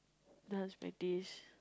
dance practice